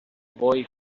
boy